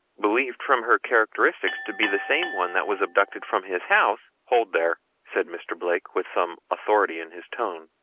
believed from her characteristics to be the same one that was abducted from his house hold there, said mr. blake with some authority in his tone,